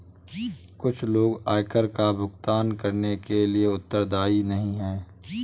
कुछ लोग आयकर का भुगतान करने के लिए उत्तरदायी नहीं हैं